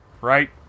Right